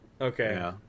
Okay